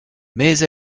mais